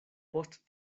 post